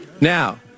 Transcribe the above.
Now